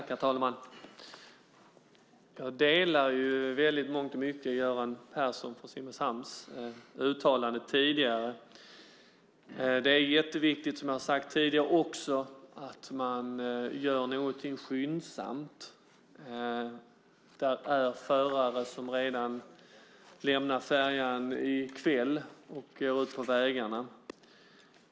Herr talman! Jag delar i mångt och mycket Göran Perssons i Simrishamn uttalande tidigare. Det är som jag sagt tidigare också jätteviktigt att man gör någonting skyndsamt. Det är redan förare som lämnar färjan i kväll och åker ut på vägarna.